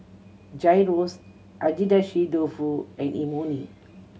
Gyros Agedashi Dofu and Imoni